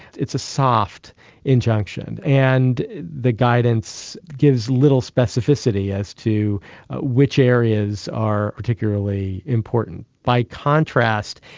it's a soft injunction. and the guidance gives little specificity as to which areas are particularly important. by contrast,